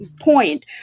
point